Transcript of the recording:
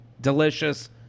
Delicious